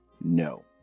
no